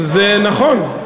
זה נכון.